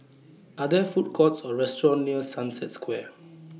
Are There Food Courts Or restaurants near Sunset Square